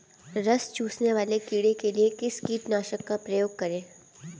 रस चूसने वाले कीड़े के लिए किस कीटनाशक का प्रयोग करें?